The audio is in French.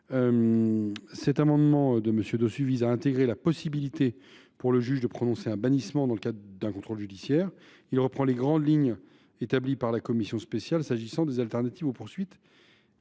de l’amendement de M. Dossus visant à intégrer la possibilité pour le juge de prononcer un bannissement dans le cadre d’un contrôle judiciaire. Cette disposition reprend les grandes lignes établies par la commission spéciale s’agissant des alternatives aux poursuites